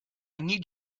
need